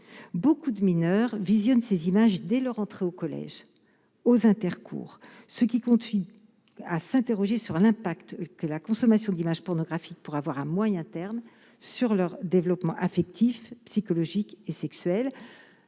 beaucoup de mineurs visionne ces images dès leur entrée au collège aux intercours, ce qui conduit à s'interroger sur l'impact que la consommation d'images pornographiques pour avoir à moyen terme sur leur développement affectif, psychologique et sexuel,